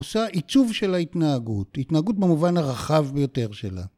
עושה עיצוב של ההתנהגות, התנהגות במובן הרחב ביותר שלה.